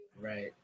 right